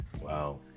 Wow